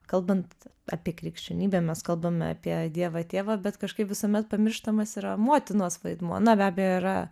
kalbant apie krikščionybę mes kalbame apie dievą tėvą bet kažkaip visuomet pamirštamas yra motinos vaidmuo na be abejo yra